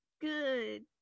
good